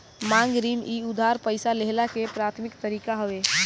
मांग ऋण इ उधार पईसा लेहला के प्राथमिक तरीका हवे